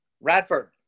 radford